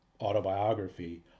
autobiography